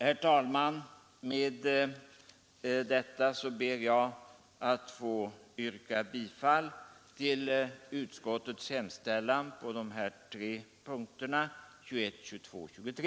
Herr talman, med det anförda ber jag få yrka bifall till utskottets hemställan under punkterna 21—23.